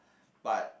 but